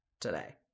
today